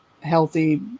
healthy